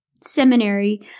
seminary